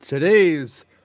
Today's